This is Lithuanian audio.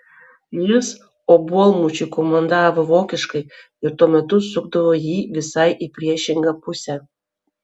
jis obuolmušiui komandavo vokiškai ir tuo metu sukdavo jį visai į priešingą pusę